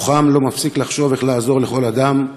מוחם לא מפסיק לחשוב איך לעזור לכל אדם,